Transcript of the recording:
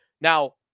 Now